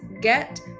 get